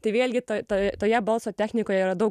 tai vėlgi ta ta toje balso technikoje yra daug